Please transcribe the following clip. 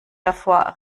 davor